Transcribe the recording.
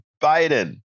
Biden